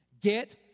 Get